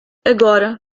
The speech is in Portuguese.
agora